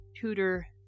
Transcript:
Tudor